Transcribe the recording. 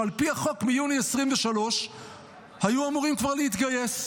שעל פי החוק מיוני 2023 היו אמורים כבר להתגייס.